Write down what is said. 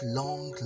long